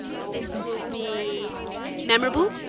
this will be memorable.